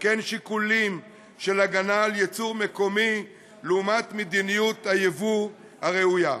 וכן שיקולים של הגנה על ייצור מקומי לעומת מדיניות הייבוא הראויה.